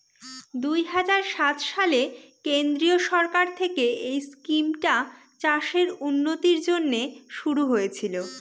দুই হাজার সাত সালে কেন্দ্রীয় সরকার থেকে এই স্কিমটা চাষের উন্নতির জন্যে শুরু হয়েছিল